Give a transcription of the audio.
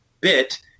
bit